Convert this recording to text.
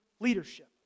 leadership